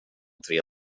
tre